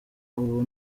ubu